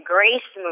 Grace